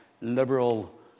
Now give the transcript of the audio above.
liberal